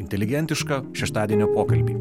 inteligentišką šeštadienio pokalbį